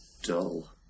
Dull